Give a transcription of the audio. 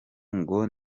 ngo